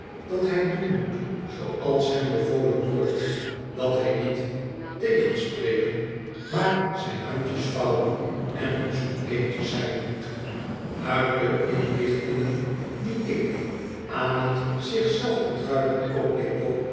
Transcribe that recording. dat hij doen moet zooals hem bevolen wordt dat hij niet tegenspreken maar zijn handjes vouwen en een zoet kindje zijn moet uit de inlichtingen die ik aan t